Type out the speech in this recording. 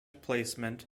placement